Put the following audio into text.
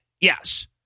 yes